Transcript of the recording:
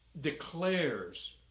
declares